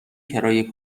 کرایه